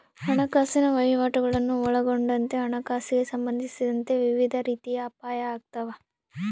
ಹಣಕಾಸಿನ ವಹಿವಾಟುಗುಳ್ನ ಒಳಗೊಂಡಂತೆ ಹಣಕಾಸಿಗೆ ಸಂಬಂಧಿಸಿದ ವಿವಿಧ ರೀತಿಯ ಅಪಾಯ ಆಗ್ತಾವ